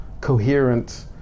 coherent